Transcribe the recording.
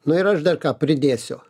nu ir aš dar ką pridėsiu